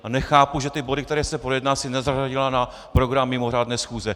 A nechápu, že ty body, které si projedná, si nezařadila na program mimořádné schůze.